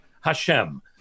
Hashem